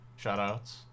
Shoutouts